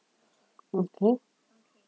okay